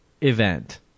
event